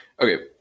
Okay